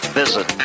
visit